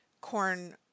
corn